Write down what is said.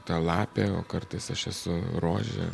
ta lapė o kartais aš esu rožė